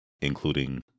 including